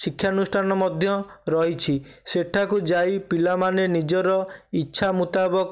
ଶିକ୍ଷାନୁଷ୍ଠାନ ମଧ୍ୟ ରହିଛି ସେଠାକୁ ଯାଇ ପିଲାମାନେ ନିଜର ଇଚ୍ଛା ମୁତାବକ